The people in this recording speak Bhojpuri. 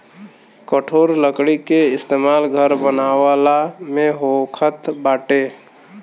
कठोर लकड़ी के इस्तेमाल घर बनावला में होखत बाटे